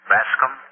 Bascom